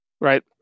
Right